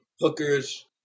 hookers